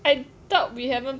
I thought we haven't